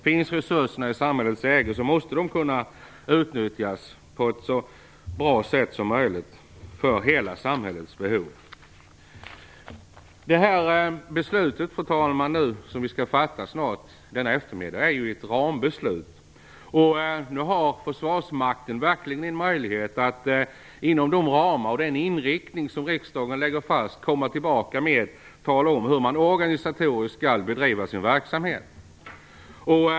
Om resurserna finns i samhällets ägo måste de kunna utnyttjas på ett så bra sätt som möjligt för hela samhällets behov. Det beslut som vi skall fatta nu i eftermiddag, fru talman, är ett rambeslut. Nu har försvarsmakten verkligen en möjlighet att, inom de ramar och med den inriktning som riksdagen lägger fast, komma tillbaka och tala om hur man organisatoriskt skall bedriva sin verksamhet.